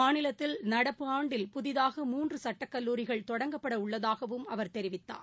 மாநிலத்தில் நடப்பு ஆண்டில் புதிதாக மூன்றுசட்டக்கல்லூரிகள் தொடங்கப்படஉள்ளளதாகவம் அவர் தெரிவித்தார்